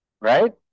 Right